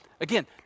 Again